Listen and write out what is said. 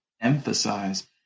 emphasize